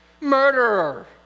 murderer